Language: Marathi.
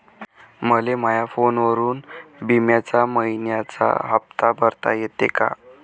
मले माया फोनवरून बिम्याचा मइन्याचा हप्ता भरता येते का?